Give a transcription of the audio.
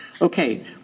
Okay